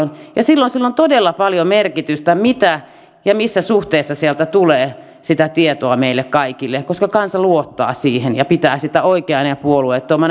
silloin sillä on todella paljon merkitystä mitä ja missä suhteessa sieltä tulee sitä tietoa meille kaikille koska kansa luottaa siihen ja pitää sitä oikeana ja puolueettomana